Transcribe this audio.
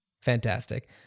Fantastic